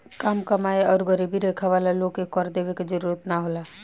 काम कमाएं आउर गरीबी रेखा वाला लोग के कर देवे के जरूरत ना होला